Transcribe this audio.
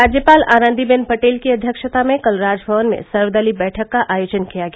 राज्यपाल आनंदीबेन पटेल की अध्यक्षता में कल राजभवन में सर्वदलीय बैठक का आयोजन किया गया